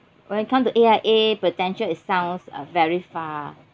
when it come to A_I_A Prudential it sounds uh very far